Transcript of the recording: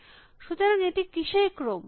সুতরাং এটি কিসের ক্রম